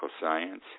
science